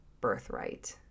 birthright